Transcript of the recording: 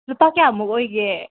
ꯂꯨꯄꯥ ꯀꯌꯥꯃꯨꯛ ꯑꯣꯏꯒꯦ